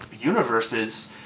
universes